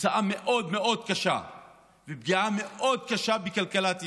תוצאה מאוד מאוד קשה ופגיעה מאוד קשה בכלכלת ישראל.